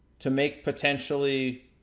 to make, potentially,